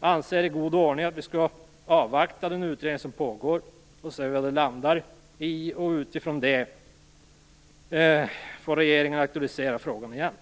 anser i god ordning att vi skall avvakta den utredning som pågår och se var den landar. Utifrån det får regeringen aktualisera frågan igen.